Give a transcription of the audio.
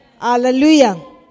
Hallelujah